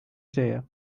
dzieje